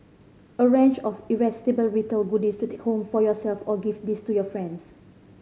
a range of irresistible retail goodies to take home for yourself or gift these to your friends